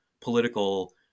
political